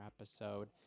episode